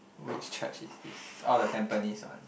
which church is this oh the Tampines [One]